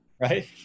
right